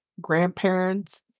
grandparents